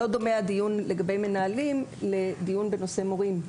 לא דומה הדיון לגבי מנהלים לדיון לגבי מורים,